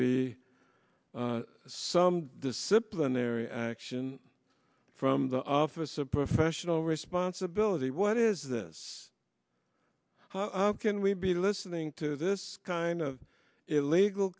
be some disciplinary action from the office of professional responsibility what is this how can we be listening to this kind of illegal